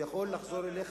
יכול לחזור אליך.